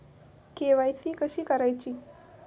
KYC कशी करायची?